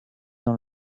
dans